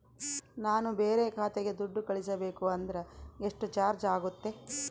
ನಾನು ಬೇರೆ ಖಾತೆಗೆ ದುಡ್ಡು ಕಳಿಸಬೇಕು ಅಂದ್ರ ಎಷ್ಟು ಚಾರ್ಜ್ ಆಗುತ್ತೆ?